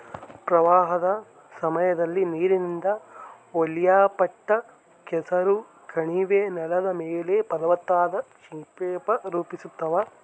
ಪ್ರವಾಹದ ಸಮಯದಲ್ಲಿ ನೀರಿನಿಂದ ಒಯ್ಯಲ್ಪಟ್ಟ ಕೆಸರು ಕಣಿವೆ ನೆಲದ ಮೇಲೆ ಫಲವತ್ತಾದ ನಿಕ್ಷೇಪಾನ ರೂಪಿಸ್ತವ